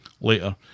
Later